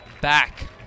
back